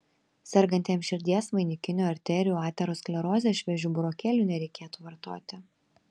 sergantiems širdies vainikinių arterijų ateroskleroze šviežių burokėlių nereiktų vartoti